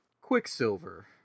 Quicksilver